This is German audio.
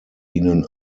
ihnen